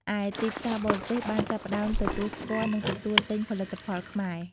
ឯទីផ្សារបរទេសបានចាប់ផ្ដើមទទួលស្គាល់ និងទទួលទិញផលិតផលខ្មែរ។